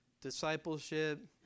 discipleship